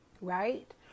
right